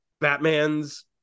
Batman's